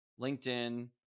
LinkedIn